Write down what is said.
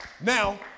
Now